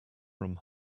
room